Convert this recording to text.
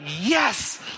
yes